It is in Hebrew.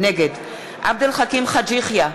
נגד עבד אל חכים חאג' יחיא,